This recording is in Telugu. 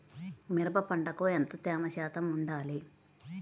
మిరప పంటకు ఎంత తేమ శాతం వుండాలి?